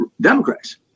democrats